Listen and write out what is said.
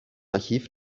archiv